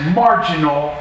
marginal